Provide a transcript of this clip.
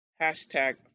hashtag